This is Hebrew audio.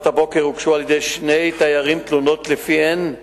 תלונה הוגשה למשטרה.